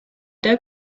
der